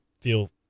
feel